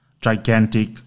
gigantic